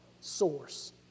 source